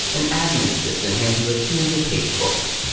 an admin assistant hands you a two hundred page booklet.